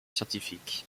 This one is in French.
scientifique